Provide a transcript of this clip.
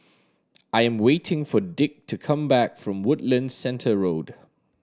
I am waiting for Dick to come back from Woodlands Centre Road